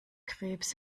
krebs